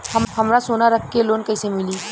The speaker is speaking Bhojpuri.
हमरा सोना रख के लोन कईसे मिली?